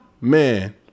man